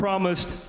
Promised